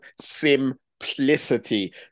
simplicity